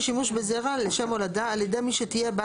שימוש בזרע לשם הולדה על מי שתהיה בת